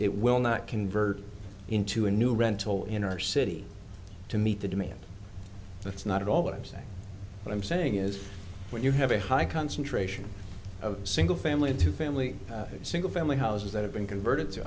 it will not convert into a new rental in our city to meet the demand that's not at all what i'm saying what i'm saying is when you have a high concentration of single family into family single family houses that have been converted to